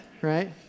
right